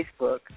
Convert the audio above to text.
Facebook